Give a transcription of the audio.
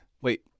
wait